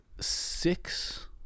six